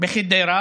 בחדרה